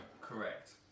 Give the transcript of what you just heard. Correct